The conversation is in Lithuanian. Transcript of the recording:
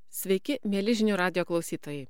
sveiki mieli žinių radijo klausytojai